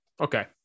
Okay